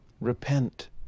repent